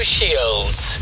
Shields